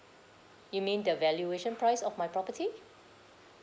you mean the valuation price of my property